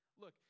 Look